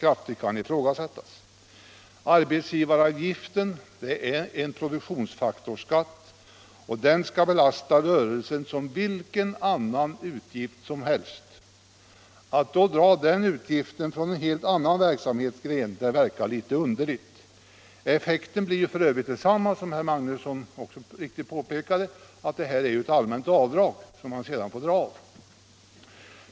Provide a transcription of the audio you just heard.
Arbetsgivaravgiften är en produktionsfaktorsskatt, och den skall belasta rörelsen som vilken annan utgift som helst. Att dra den utgiften från en helt annan verksamhetsgren verkar litet underligt. Effekten blir f.ö. densamma genom att, som herr Magnusson så riktigt påpekade, detta är ett allmänt avdrag som man får göra.